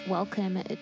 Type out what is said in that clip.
Welcome